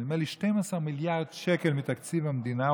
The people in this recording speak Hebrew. נדמה לי ש-12 מיליארד שקלים מתקציב המדינה,